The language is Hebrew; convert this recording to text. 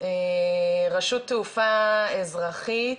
אז רשות תעופה אזרחית,